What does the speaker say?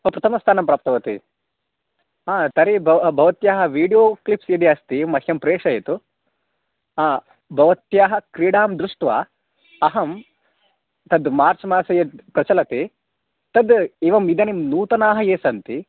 ओ प्रथमस्थानं प्राप्तवति आ तर्हि भव भवत्याः विडियो क्लिप्स् यदि अस्ति मह्यं प्रेशयतु आ भवत्याः क्रीडां दृष्ट्वा अहं तद् मार्च् मासे यद् प्रचलति तद् एवम् इदानीं नूतनाः ये सन्ति